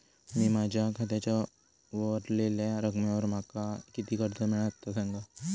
मी माझ्या खात्याच्या ऱ्हवलेल्या रकमेवर माका किती कर्ज मिळात ता सांगा?